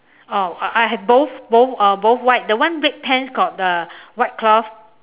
oh I have both both uh both white the one red pants got a white cloth